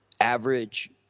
average